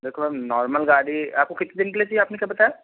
देखो अब नॉर्मल गाड़ी आपको कितने दिन के लिए चाहिए आपने क्या बताया